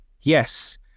yes